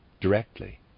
directly